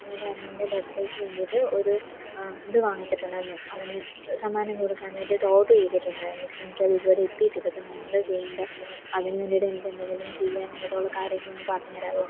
ഞാനെൻ്റെ അനിയൻ്റെ ബർത്ത് ഡേക്ക് വേണ്ടീട്ട് ഒരു ഇത് വാങ്ങിച്ചിട്ടുണ്ടായിരുന്നു അവന് സമ്മാനം കൊടുക്കാൻ വേണ്ടീട്ട് ഓർഡർ ചെയ്തിട്ടുണ്ടായിരുന്നു പക്ഷേ എനിക്കതിതുവരെ എത്തീട്ടില്ല അപ്പം ഞാനെന്താണ് ചെയ്യേണ്ടത് അതിനു വേണ്ടീട്ട് എനിക്കെന്തെങ്കിലും ചെയ്യാൻ വേണ്ടീട്ടുള്ള കാര്യങ്ങളൊന്ന് പറഞ്ഞ് തരാവോ